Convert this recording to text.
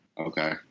Okay